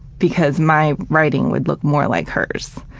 because my writing would look more like hers.